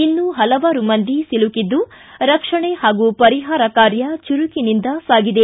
ಇನ್ನೂ ಪಲವಾರು ಮಂದಿ ಸಿಲುಕಿದ್ದು ರಕ್ಷಣೆ ಹಾಗೂ ಪರಿಹಾರ ಕಾರ್ಯ ಚುರುಕಿನಿಂದ ಸಾಗಿದೆ